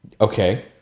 Okay